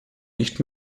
nicht